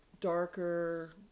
darker